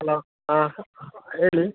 hello ಹಾಂ ಹೇಳಿ